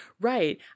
right